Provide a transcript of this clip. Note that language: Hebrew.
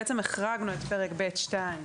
זאת